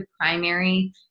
primary